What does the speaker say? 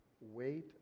Wait